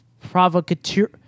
provocateur